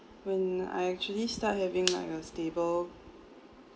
when I actually start having like a stable